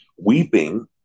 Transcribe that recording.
weeping